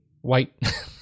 white